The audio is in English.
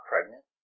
pregnant